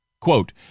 Quote